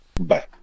Bye